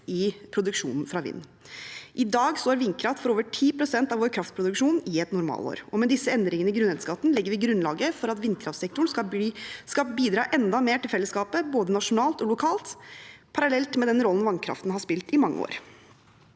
i produksjonen fra vind. I dag står vindkraft for over 10 pst. av vår kraftproduksjon i et normalår. Med disse endringene i grunnrenteskatten legger vi grunnlaget for at vindkraftsektoren skal bidra enda mer til fellesskapet, både nasjonalt og lokalt, parallelt med den rollen vannkraften har spilt i mange år.